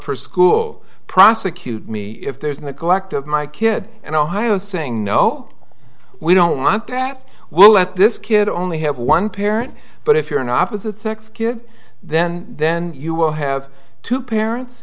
for school prosecute me if there's neglect of my kid and ohio saying no we don't want that we'll let this kid only have one parent but if you're an opposite sex kid then then you will have two parents